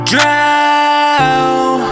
Drown